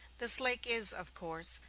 this lake is, of course,